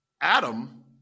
Adam